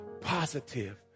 positive